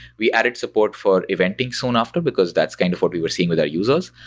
we added support for eventing soon after, because that's kind of what we were seeing with our users.